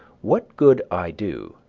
what good i do,